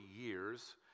years